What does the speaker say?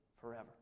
forever